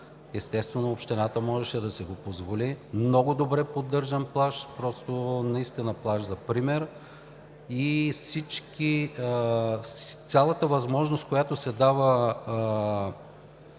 естествено, общината можеше да си го позволи. Много добре поддържан плаж, просто наистина плаж за пример. Цялата възможност, която се дава